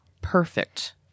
Perfect